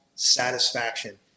satisfaction